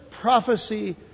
prophecy